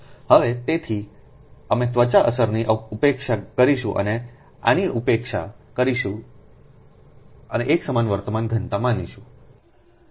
હવે તેથી અમે ત્વચા અસરની ઉપેક્ષા કરીશું અમે આની ઉપેક્ષા કરીશું અને એકસમાન વર્તમાન ઘનતા માનીશું